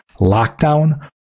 lockdown